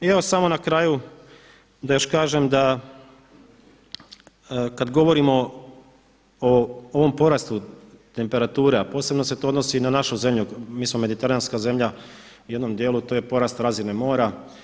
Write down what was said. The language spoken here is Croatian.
I evo samo na kraju da još kažem da kada govorimo o ovom porastu temperature a posebno se to odnosi na našu zemlju, mi smo mediteranska zemlja i u jednom dijelu to je porast razine mora.